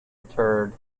interred